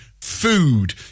food